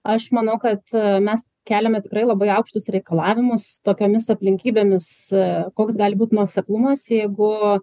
aš manau kad mes keliame tikrai labai aukštus reikalavimus tokiomis aplinkybėmis ee koks gali būt nuoseklumas jeigu